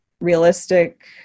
realistic